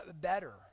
better